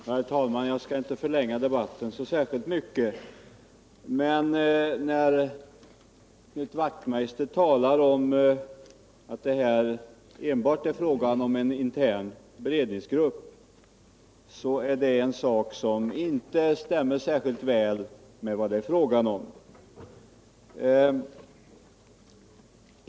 Herr talman! Jag skall inte förlänga debatten särskilt mycket. Men Knut Wachtmeister säger här att det är fråga om enbart en intern beredningsgrupp, och det stämmer inte särskilt väl.